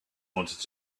wanted